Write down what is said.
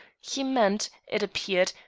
he meant, it appeared,